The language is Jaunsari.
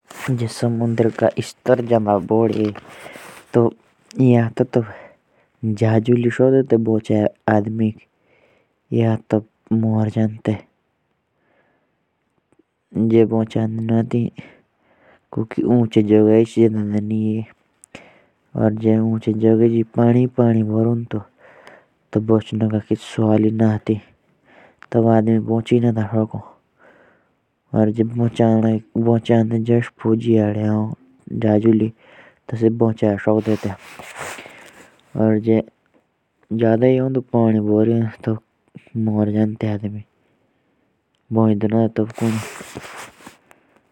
जैसे अगर बाढ़ आ जाएगी तो सबसे पहले तो हम ऊँची जगह चले जाएँगे। फिर अगर कोई बचाने आएगा तो बच जाएँगे अगर नहीं आया तो फिर बह जाएँगे।